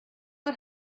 mae